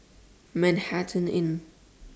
Manhattan Inn